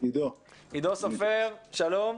עידו סופר, שלום,